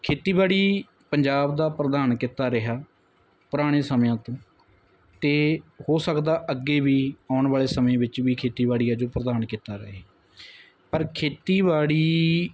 ਖੇਤੀਬਾੜੀ ਪੰਜਾਬ ਦਾ ਪ੍ਰਧਾਨ ਕਿੱਤਾ ਰਿਹਾ ਪੁਰਾਣੇ ਸਮਿਆਂ ਤੋਂ ਤਾਂ ਹੋ ਸਕਦਾ ਅੱਗੇ ਵੀ ਆਉਣ ਵਾਲੇ ਸਮੇਂ ਵਿੱਚ ਵੀ ਖੇਤੀਬਾੜੀ ਆ ਜੋ ਪ੍ਰਧਾਨ ਕਿੱਤਾ ਰਹੇ ਪਰ ਖੇਤੀਬਾੜੀ